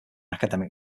academic